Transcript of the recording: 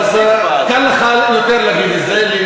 אז קל לך יותר להגיד את זה.